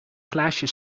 glaasje